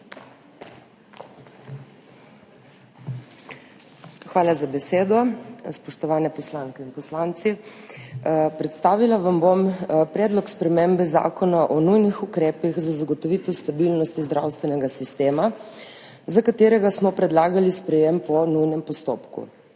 Hvala za besedo. Spoštovane poslanke in poslanci! Predstavila vam bom Predlog spremembe Zakona o nujnih ukrepih za zagotovitev stabilnosti zdravstvenega sistema, za katerega smo predlagali sprejetje po nujnem postopku.